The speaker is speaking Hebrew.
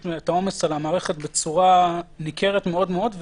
את העומס על המערכת בצורה ניכרת מאוד מאוד.